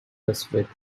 pacific